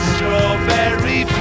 Strawberry